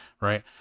right